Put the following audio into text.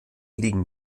liegen